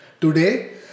today